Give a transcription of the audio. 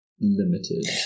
limited